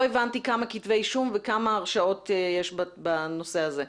לא הבנתי כמה כתבי אישום וכמה הרשעות יש בנושא הזה.